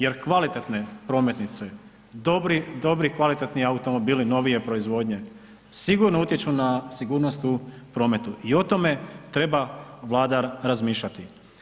Jer kvalitetne prometnice, dobri i kvalitetniji automobili novije proizvodnje sigurno utječu na sigurnost u prometu i o tome treba Vlada razmišljati.